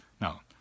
Now